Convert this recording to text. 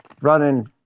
running